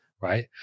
right